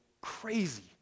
crazy